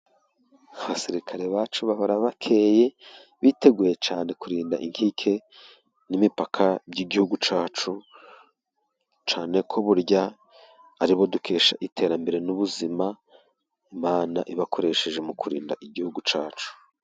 Abasirikare bacu bahora bakeye biteguye cyane kurinda inkike n'imipaka by'igihugu cyacu, cyane ko burya aribo dukesha iterambere n'ubuzima Imana ibakoresheje mu kurinda igihugu cyacu.